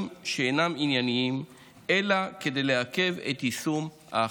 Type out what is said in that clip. שאינם ענייניים אלא כדי לעכב את יישום ההחלטה.